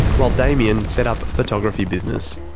while damien set up a photography business.